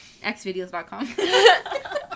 xvideos.com